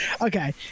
okay